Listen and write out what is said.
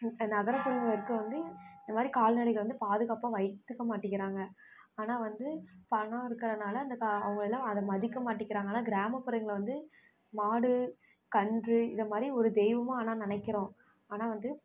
நகர்ப்புறங்களுக்கு வந்து இதைமாரி கால்நடைகள் வந்து பாதுகாப்பாக வைத்துக்க மாட்டேங்கிறாங்க ஆனால் வந்து பணம் இருக்கிறனால அந்த கா அவங்க என்ன அதை மதிக்க மாட்டேக்கிறாங்க ஆனால் கிராப்புறங்கள்ல வந்து மாடு கன்று இதைமாரி ஒரு தெய்வமாக ஆனால் நினைக்குறோம் ஆனால் வந்து